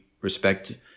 respect